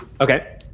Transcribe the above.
Okay